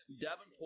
Davenport